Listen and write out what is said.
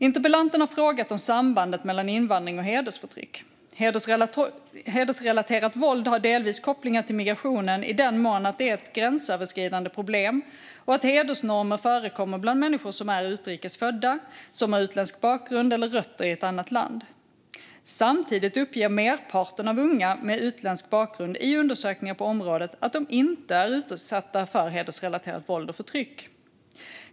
Interpellanten har frågat om sambandet mellan invandring och hedersförtryck. Hedersrelaterat våld har delvis kopplingar till migrationen i den meningen att det är ett gränsöverskridande problem och att hedersnormer förekommer bland människor som är utrikes födda, har utländsk bakgrund eller har rötter i ett annat land. Samtidigt uppger merparten av unga med utländsk bakgrund i undersökningar på området att de inte är utsatta för hedersrelaterat våld och förtryck.